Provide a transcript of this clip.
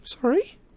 Sorry